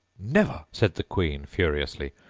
never! said the queen furiously,